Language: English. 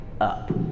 up